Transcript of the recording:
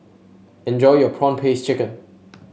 enjoy your prawn paste chicken